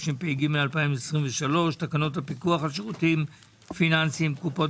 התשפ"ג-2023 ותקנות הפיקוח על שירותים פיננסיים (קופות